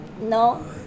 No